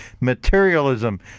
materialism